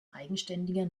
eigenständiger